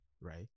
Right